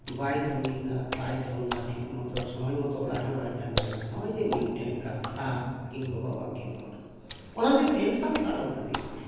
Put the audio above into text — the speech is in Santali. ᱵᱟᱭ ᱠᱟᱹᱢᱤᱭᱫᱟ ᱵᱟᱭ ᱡᱚᱢᱫᱟ ᱴᱷᱤᱠ ᱢᱚᱛᱚ ᱥᱚᱢᱚᱭ ᱢᱚᱛᱚ ᱚᱲᱟᱜ ᱨᱮᱦᱚᱸ ᱵᱟᱭ ᱛᱟᱦᱮᱱ ᱠᱟᱱᱟ ᱱᱚᱜᱼᱚᱭ ᱡᱮ ᱢᱤᱫᱴᱮᱱ ᱠᱟᱛᱷᱟ ᱠᱤᱱ ᱜᱚᱜᱚᱼᱵᱟᱵᱟ ᱠᱤᱱ ᱨᱚᱲ ᱚᱱᱟᱛᱮ ᱴᱮᱱᱥᱚᱱ ᱠᱟᱨᱚᱱ ᱠᱷᱟᱹᱛᱤᱨ ᱛᱮ